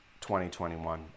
2021